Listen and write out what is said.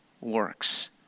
works